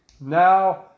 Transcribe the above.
Now